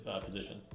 position